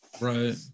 Right